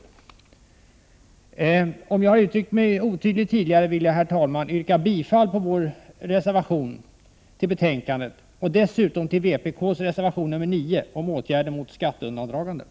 Om jag tidigare har uttryckt mig otydligt vill jag, herr talman, yrka bifall till vår reservation som är fogad till betänkandet och dessutom till vpk:s reservation nr 9 om åtgärder mot skatteundandraganden.